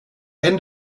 end